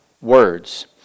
words